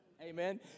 Amen